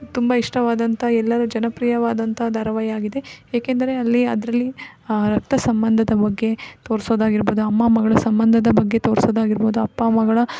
ತುಂಬ ಇಷ್ಟವಾದಂಥ ಎಲ್ಲರ ಜನಪ್ರಿಯವಾದಂಥ ಧಾರಾವಾಹಿಯಾಗಿದೆ ಏಕೆಂದರೆ ಅಲ್ಲಿ ಅದರಲ್ಲಿ ರಕ್ತ ಸಂಬಂಧದ ಬಗ್ಗೆ ತೋರಿಸೋದಾಗಿರ್ಬೋದು ಅಮ್ಮ ಮಗಳ ಸಂಬಂಧದ ಬಗ್ಗೆ ತೋರಿಸೋದಾಗಿರ್ಬೋದು ಅಪ್ಪ ಮಗಳ